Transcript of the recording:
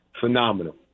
phenomenal